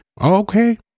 Okay